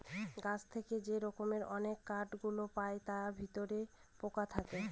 গাছ থেকে যে রকম অনেক কাঠ গুলো পায় তার ভিতরে পোকা থাকে